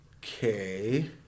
Okay